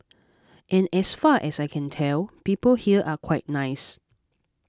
and as far as I can tell people here are quite nice